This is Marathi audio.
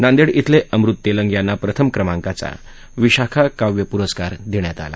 नांदेड इथले अमृत तेलंग यांना प्रथम क्रमांकाचा विशाखा काव्य पुरस्कार देण्यात आला